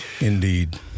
Indeed